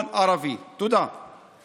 בעד בצלאל סמוטריץ' בעד אוסאמה סעדי,